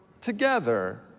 together